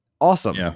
awesome